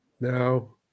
now